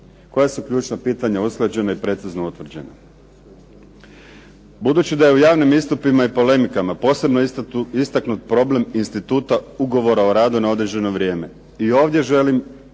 koja su ključna pitanja usklađena i precizno utvrđena. Budući je u javnim istupima i polemikama posebno istaknut problem instituta ugovora o radu na određeno vrijeme. I ovdje želim